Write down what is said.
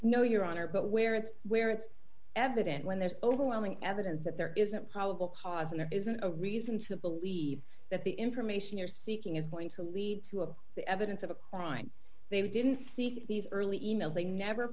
argument no your honor but where it's where it's evident when there's overwhelming evidence that there isn't probable cause and there isn't a reason to believe that the information you're seeking is going to lead to a the evidence of a crime they didn't seek these early e mails they never